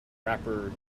rapper